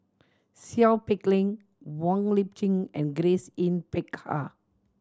Seow Peck Leng Wong Lip Chin and Grace Yin Peck Ha